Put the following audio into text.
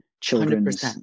children's